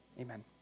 amen